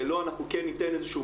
שלו אנחנו כן ניתן איזשהו